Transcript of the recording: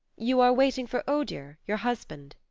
you are waiting for odur, your husband,